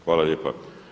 Hvala lijepa.